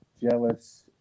jealous